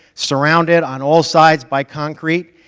surrounded on all sides by concrete,